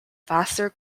vassar